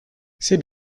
c’est